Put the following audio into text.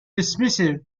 dismissive